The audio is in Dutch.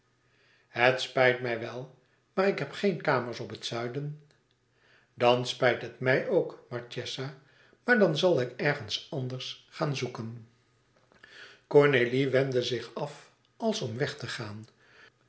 het spijt mij wel maar ik heb geen kamers op het zuiden dan spijt het mij ook marchesa maar dan zal ik ergens anders zoeken cornélie wendde zich af als om weg te gaan